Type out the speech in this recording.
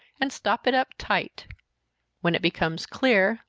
and stop it up tight when it becomes clear,